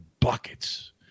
Buckets